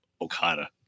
Okada